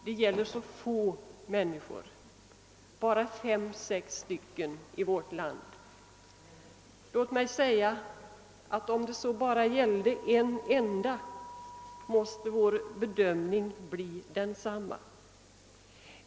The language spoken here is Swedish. Det gäller ju så få människor, säger man, bara fem sex i hela landet. Ja, om det så bara gällde en enda människa måste vår bedömning bli densamma.